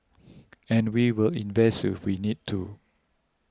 and we will invest if we need to